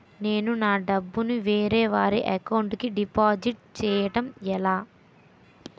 నేను నా డబ్బు ని వేరే వారి అకౌంట్ కు డిపాజిట్చే యడం ఎలా?